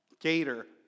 gator